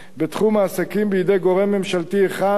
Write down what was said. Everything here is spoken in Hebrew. בתחום העסקים בידי גורם ממשלתי אחד,